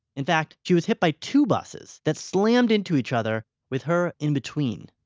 in fact, she was hit by two buses, that slammed into each other, with her in between.